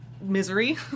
misery